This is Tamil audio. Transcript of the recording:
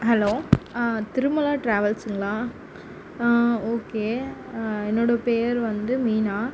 ஹலோ திருமலா டிராவல்ஸுங்களா ஓகே என்னோடய பேர் வந்து மீனா